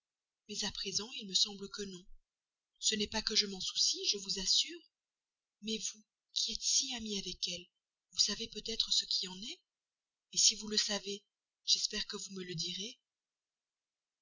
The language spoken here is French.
mais à présent il me semble que non ce n'est pas que je m'en soucie je vous assure mais vous qui êtes si amie avec elle vous savez peut-être ce qui en est si vous le savez j'espère que vous me le direz